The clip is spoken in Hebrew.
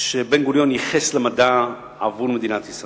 שבן-גוריון ייחס למדע עבור מדינת ישראל.